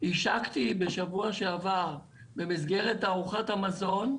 השקתי בשבוע שעבר במסגרת תערוכת המזון,